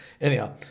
Anyhow